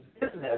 business